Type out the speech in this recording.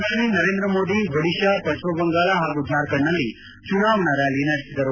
ಪ್ರಧಾನಿ ನರೇಂದ್ರ ಮೋದಿ ಒಡಿಶಾ ಪಶ್ಚಿಮ ಬಂಗಾಳ ಹಾಗೂ ಜಾರ್ಖಂಡ್ನಲ್ಲಿ ಚುನಾವಣಾ ರ್ನಾಲಿ ನಡೆಸುತ್ತಿದ್ದಾರೆ